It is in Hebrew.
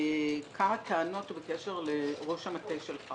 טענות בקשר לראש המטה שלך